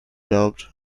doubt